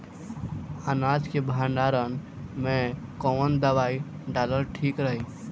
अनाज के भंडारन मैं कवन दवाई डालल ठीक रही?